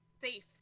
safe